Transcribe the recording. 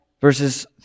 verses